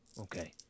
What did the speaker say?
Okay